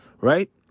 right